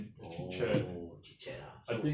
oh chit chat ah